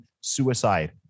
suicide